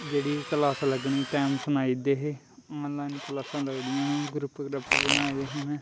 जेह्ड़ी बी क्लासां लगनियां टैम सनाई ओड़दे हे आनलाइन क्लासां लगदियां हियां ग्रुप ग्राप बनाए दे हे उ'नें